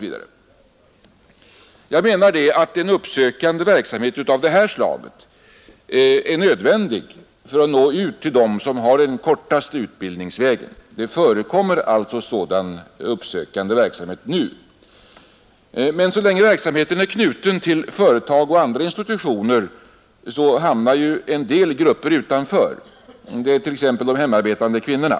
Enligt min mening är en uppsökande verksamhet av angivet slag nödvändig för att nå ut till dem som har den kortaste utbildningsvägen. Nr 122 Sådan uppsökande verksamhet förekommer alltså redan nu. Men så länge ar rar Fredagen den verksamheten är knuten till företag och andra institutioner hamnar en del grupper utanför, t.ex. de hemarbetande kvinnorna.